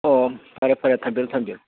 ꯑꯣ ꯐꯔꯦ ꯐꯔꯦ ꯊꯝꯕꯤꯔꯣ ꯊꯝꯕꯤꯔꯣ